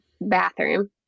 bathroom